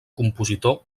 compositor